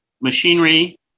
machinery